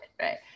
right